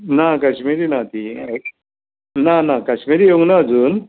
ना कश्मिरी ना ती ना कश्मिरी येवंक ना आजून